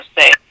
say